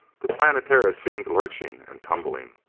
the planetara seemed lurching and tumbling.